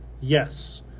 Yes